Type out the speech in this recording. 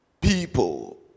people